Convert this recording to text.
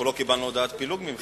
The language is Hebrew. אנחנו לא קיבלנו הודעת פילוג מכם.